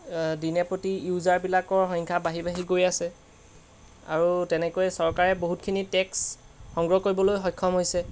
দিনে প্ৰতি ইউজাৰবিলাকৰ সংখ্যা বাঢ়ি বাঢ়ি গৈ আছে আৰু তেনেকৈ চৰকাৰে বহুতখিনি টেক্স সংগ্ৰহ কৰিবলৈ সক্ষম হৈছে